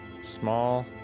small